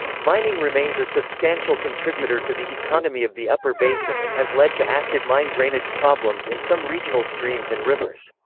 mining remains a substantial contributor to the economy of the upper basin and has led to acid mine drainage problems in some regional streams and rivers.